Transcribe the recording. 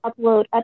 upload